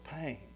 pain